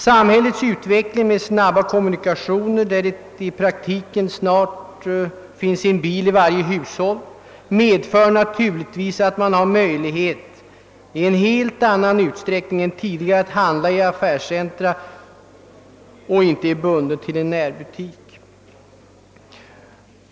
Samhällets utveckling med snabba kommunikationer, där det i praktiken snart finns en bil i varje hushåll, medför naturligtvis att man har möjlighet i en helt annan utsträckning än tidigare att handla i affärscentra och inte är bunden till en närbutik.